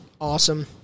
awesome